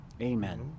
amen